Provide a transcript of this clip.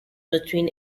between